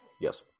yes